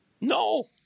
No